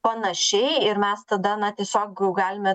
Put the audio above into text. panašiai ir mes tada na tiesiog galime